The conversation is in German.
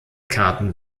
karten